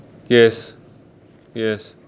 yes yes